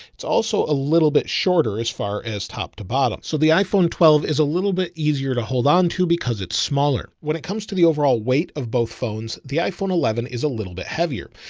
it's also a little bit shorter as far as top to bottom. so the iphone twelve is a little bit easier to hold onto because it's smaller. when it comes to the overall weight of both phones, the iphone eleven is a little bit heavier.